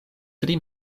tri